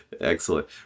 Excellent